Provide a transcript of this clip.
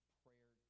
prayer